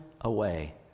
away